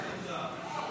התשפ"ה 2024,